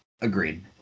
Agreed